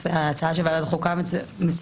ההצעה של ועדת החוקה מצוינת,